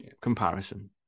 comparison